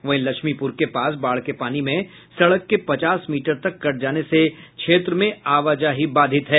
वहीं लक्ष्मीपूर के पास बाढ़ के पानी में सड़क के पचास मीटर तक कट जाने से क्षेत्र में आवाजाही बाधित है